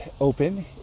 open